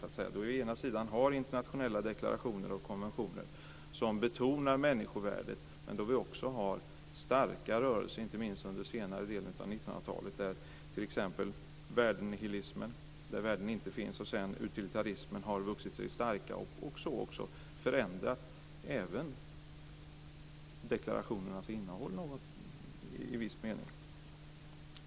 Vi har å ena sidan internationella deklarationer och konventioner som betonar människovärdet, men vi har å andra sidan inte minst under senare delen av 1900-talet haft starka rörelser som menar att värden inte finns, t.ex. värdenihilismen - och sedan också utilitarismen - som har vuxit sig starka och förändrat även deklarationernas innehåll i viss mening.